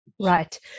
Right